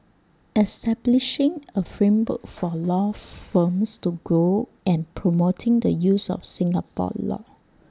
establishing A framework for law firms to grow and promoting the use of Singapore law